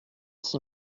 six